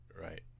Right